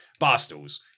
Barstools